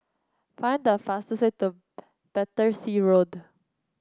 find the fastest way to Battersea Road